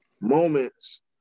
moments